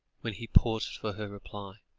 when he paused for her reply